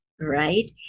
right